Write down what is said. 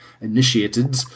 initiated